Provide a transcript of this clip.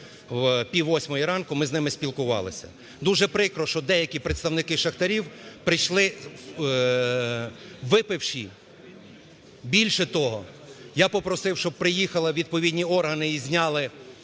впіввосьмої ранку ми з ними спілкувалися. Дуже прикро, що деякі представники шахтарів прийшли випивші. Більше того, я попросив, щоб приїхали відповідні органи і зняли